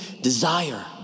desire